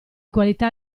qualità